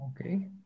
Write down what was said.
Okay